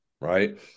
right